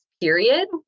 period